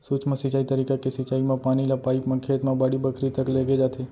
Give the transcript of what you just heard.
सूक्ष्म सिंचई तरीका के सिंचई म पानी ल पाइप म खेत म बाड़ी बखरी तक लेगे जाथे